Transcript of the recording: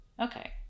Okay